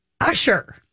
Usher